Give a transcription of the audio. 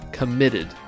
committed